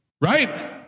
Right